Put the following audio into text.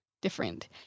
different